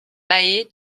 mahé